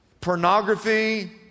pornography